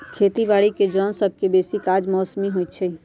खेती बाड़ीके जन सभके बेशी काज मौसमी होइ छइ